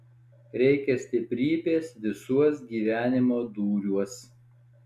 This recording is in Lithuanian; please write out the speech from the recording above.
reikia stiprybės visuos gyvenimo dūriuos